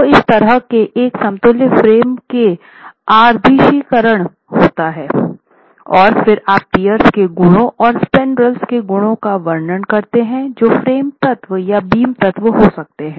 तो इस तरह के एक समतुल्य फ्रेम के आदर्शीकरण होता है और फिर आप पियर्स के गुणों और स्पैन्ड्रेल के गुणों का वर्णन करते हैं जो फ़्रेम तत्व या बीम तत्व हो सकते हैं